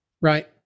Right